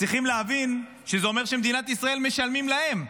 צריכים להבין שזה אומר שמדינת ישראל משלמת להם.